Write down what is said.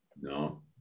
no